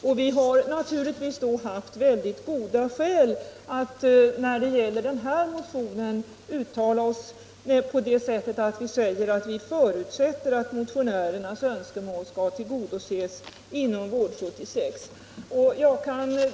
Då har vi naturligtvis haft mycket goda skäl att uttala oss på det sätt som vi gjort om den nämnda motionen, nämligen att vi förutsätter att motionärernas önskemål skail tillgodoses inom Vård-76.